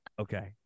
okay